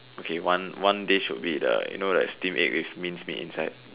okay one one dish would be the you know steamed egg with minced meat inside